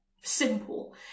Simple